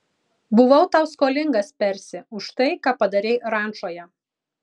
buvau tau skolingas persi už tai ką padarei rančoje